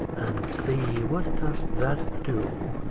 see what does that do?